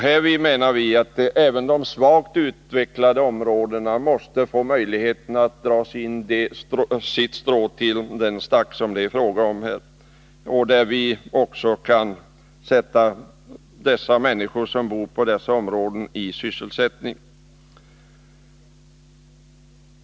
Härvid menar vi att även de svagt utvecklade områdena måste få möjligheter att dra sitt strå till stacken, och att människorna inom dessa områden också skall kunna få sysselsättning.